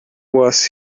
was